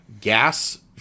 Gas